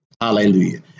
Hallelujah